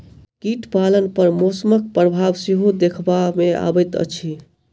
कीट पालन पर मौसमक प्रभाव सेहो देखबा मे अबैत अछि